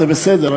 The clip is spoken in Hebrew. זה בסדר,